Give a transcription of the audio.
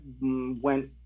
went